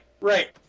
right